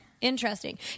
Interesting